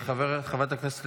חברת הכנסת לזימי.